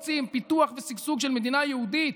רוצים: פיתוח ושגשוג של מדינה יהודית,